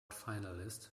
finalist